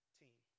team